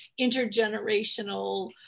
intergenerational